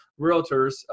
realtors